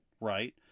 right